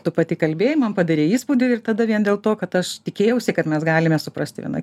tu pati kalbėjai man padarei įspūdį ir tada vien dėl to kad aš tikėjausi kad mes galime suprasti viena